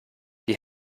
die